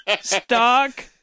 Stuck